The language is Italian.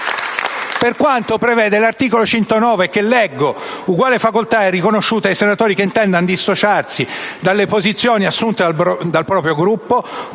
per quanto prevede l'articolo 109 del Regolamento, che leggo: «Uguale facoltà è riconosciuta ai senatori che intendano dissociarsi dalle posizioni assunte dal proprio Gruppo,